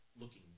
looking